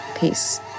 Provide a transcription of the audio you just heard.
peace